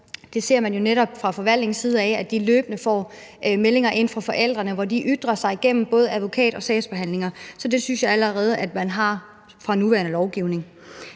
Man ser jo netop fra forvaltningens side af, at de løbende får meldinger ind fra forældrene, hvor de ytrer sig gennem både advokater og sagsbehandlere, så det synes jeg allerede man har i nuværende lovgivning.